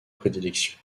prédilection